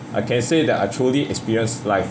I can say that I truly experience life